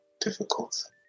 difficult